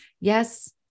yes